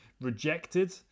rejected